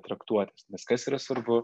traktuotes nes kas yra svarbu